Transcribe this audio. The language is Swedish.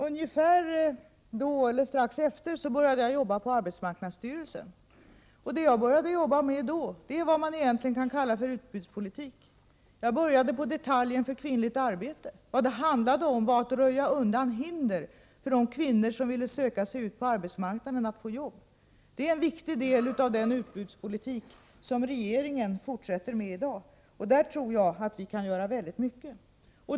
Ungefär då, eller strax efter, började jag jobba på arbetsmarknadsstyrelsen, och då sysslade jag med vad man egentligen kan kalla för utbudspolitik. Jag började på detaljen för kvinnligt arbete. Vad det handlade om var att röja undan hinder för de kvinnor som ville söka sig ut på arbetsmarknaden. Det är en viktig del av den utbudspolitik som regeringen fortsätter med i dag, och där tror jag att vi kan göra väldigt mycket.